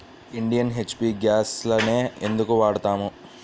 Indian, HP గ్యాస్లనే ఎందుకు వాడతాము?